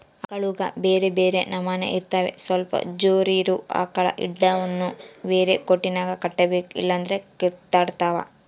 ಆಕಳುಗ ಬ್ಯೆರೆ ಬ್ಯೆರೆ ನಮನೆ ಇರ್ತವ ಸ್ವಲ್ಪ ಜೋರಿರೊ ಆಕಳ ಹಿಂಡನ್ನು ಬ್ಯಾರೆ ಕೊಟ್ಟಿಗೆಗ ಕಟ್ಟಬೇಕು ಇಲ್ಲಂದ್ರ ಕಿತ್ತಾಡ್ತಾವ